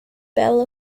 battle